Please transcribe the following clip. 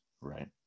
right